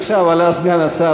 עכשיו עלה סגן השר,